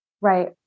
Right